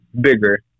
bigger